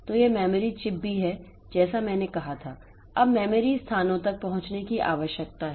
तो यह memory chip भी है जैसा मैंने कहा था अब मेमोरी स्थानों तक पहुंचने की आवश्यकता है